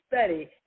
study